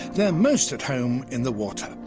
they are most at home in the water,